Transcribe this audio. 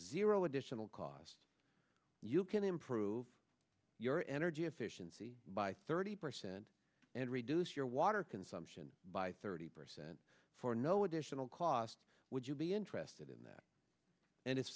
zero additional cost you can improve your energy efficiency by thirty percent and reduce your water consumption by thirty percent for no additional cost would you be interested in that and i